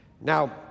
Now